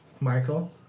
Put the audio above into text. Michael